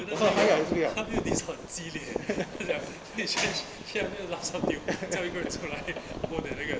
他没有 disc 很激烈 leh last ditch 撇面 lasam 丢叫一个人出来拨的那个